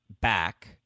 back